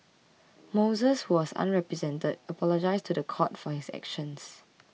moses who was unrepresented apologised to the court for his actions